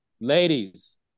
Ladies